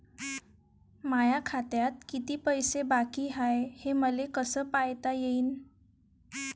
माया खात्यात किती पैसे बाकी हाय, हे मले कस पायता येईन?